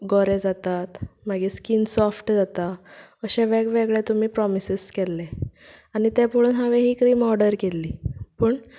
गोरे जातात मागीर skin soft जाता अशें वेगवेगळें तुमी प्रोमिसिस केल्ले आनी तें पळोन हांवें ही क्रिम ओर्डर केल्ली पूण